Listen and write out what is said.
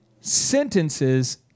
sentences